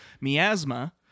miasma